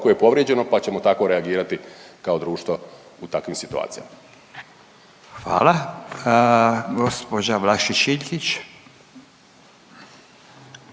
roku je povrijeđeno pa ćemo tako reagirati kao društvo u takvim situacijama. **Radin, Furio